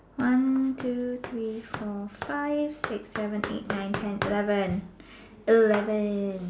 one two three four five six seven eight nine ten eleven eleven